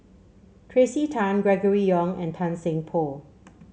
Tracey Tan Gregory Yong and Tan Seng Poh